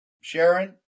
Sharon